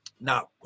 Now